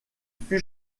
fut